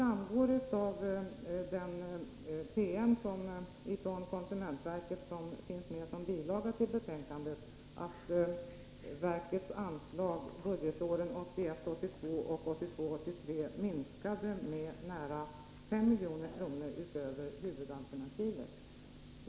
Av den promemoria från konsumentverket som finns med som bilaga till betänkandet framgår att verkets anslag för budgetåren 1981 83 minskade med närmare 5 milj.kr. utöver huvudalternativet.